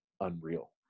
unreal